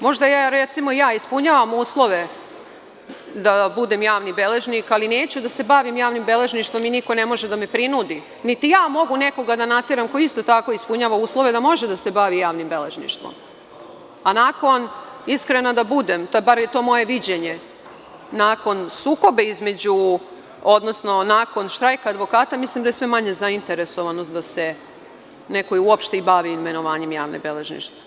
Možda ja recimo ispunjavam uslove da budem javni beležnik, ali neću da se bavim javnim beležništvo i niko ne može da me prinudi, niti ja mogu nekoga da nateram ko isto tako ispunjava uslove da može da se bavi javnim beležništvom, a da budem iskrena, to je moje viđenje, nakon sukoba, odnosno štrajka advokata, mislim da je sve manja zainteresovanost da se neko uopšte i bavi imenovanjem javnih beležnika.